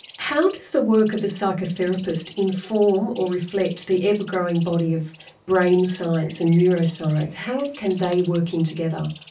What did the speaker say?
how does the work of a psychotherapist inform or reflect the ever growing body of brain science and neuroscience? how can they work in together?